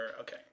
Okay